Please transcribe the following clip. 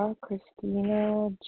Christina